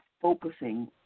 focusing